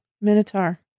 minotaur